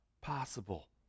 possible